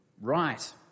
right